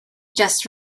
just